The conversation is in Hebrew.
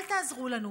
אל תעזרו לנו,